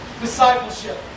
Discipleship